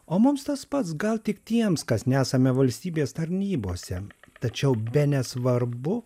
o mums tas pats gal tik tiems kas nesame valstybės tarnybose tačiau bene svarbu